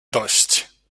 dość